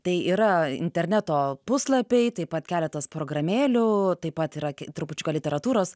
tai yra interneto puslapiai taip pat keletas programėlių taip pat yra trupučiuką literatūros